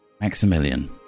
Maximilian